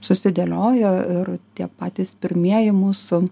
susidėliojo ir tie patys pirmieji mūsų